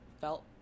felt